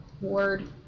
word